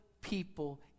people